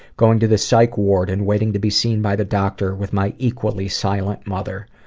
going to the psych ward and waiting to be seen by the doctor with my equally silent mother.